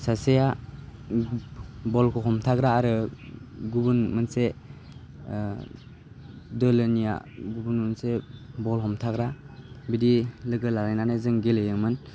सासेया बलखौ हमथाग्रा आरो गुबुन मोनसे दोलोनिया गुबुन मोनसे बल हमथाग्रा बिदि लोगो लालायनानै जों गेलेयोमोन